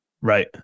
Right